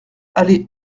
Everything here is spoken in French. allée